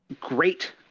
great